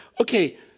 okay